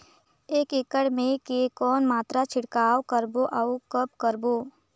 एक एकड़ मे के कौन मात्रा छिड़काव करबो अउ कब करबो?